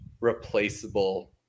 replaceable